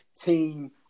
team